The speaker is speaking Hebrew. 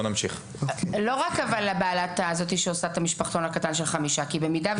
לא רק בעלת המקום שעושה את המשפחתון של חמישה ילדים.